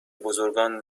بزرگان